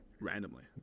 randomly